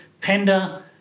panda